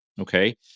okay